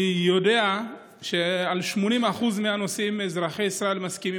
אני יודע שעל 80% מהנושאים אזרחי ישראל מסכימים.